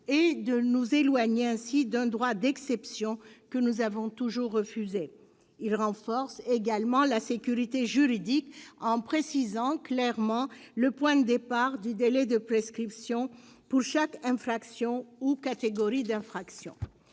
et de nous éloigner ainsi d'un droit d'exception que nous avons toujours refusé. Il renforce également la sécurité juridique en précisant clairement le point de départ du délai de prescription pour chaque infraction ou catégorie d'infraction.